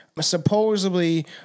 supposedly